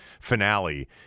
finale